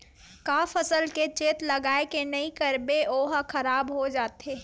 का फसल के चेत लगय के नहीं करबे ओहा खराब हो जाथे?